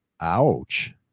Ouch